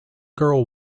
girl